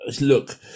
look